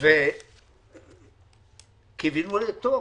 קיווינו לטוב,